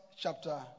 chapter